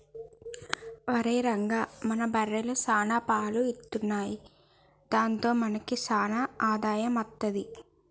ఒరేయ్ రంగా మన బర్రెలు సాన పాలు ఇత్తున్నయ్ దాంతో మనకి సాన ఆదాయం అత్తది